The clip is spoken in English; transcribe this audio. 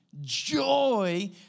joy